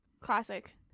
Classic